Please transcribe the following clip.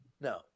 No